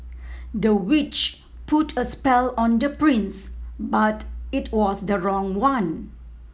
the witch put a spell on the prince but it was the wrong one